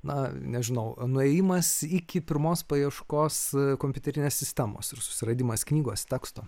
na nežinau nuėjimas iki pirmos paieškos kompiuterinės sistemos ir susiradimas knygos teksto